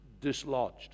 dislodged